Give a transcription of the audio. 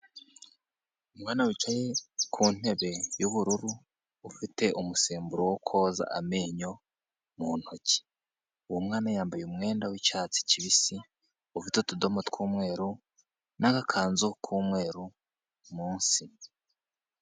Umwana wicaye ku ntebe y'ubururu, ufite umusemburo wo koza amenyo mu ntoki, uwo mwana yambaye umwenda w'icyatsi kibisi, ufite utudomo tw'umweru n'agakanzu k'umweru munsi.